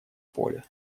поле